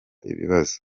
ibibazo